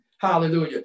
Hallelujah